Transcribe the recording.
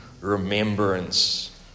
remembrance